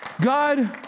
God